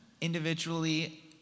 Individually